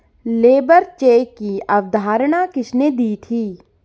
Labour cheque की अवधारणा किसने दी थी?